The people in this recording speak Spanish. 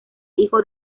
hijo